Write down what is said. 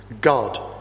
God